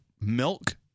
milk